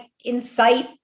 incite